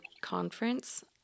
conference